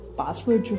password